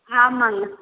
ஆமாம்ங்க